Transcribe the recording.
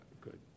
Good